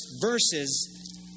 verses